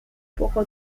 poco